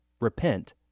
Repent